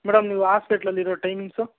madam ನೀವು ಆಸ್ಪಿಟ್ಲಲ್ಲಿ ಇರೋ ಟೈಮಿಂಗ್ಸು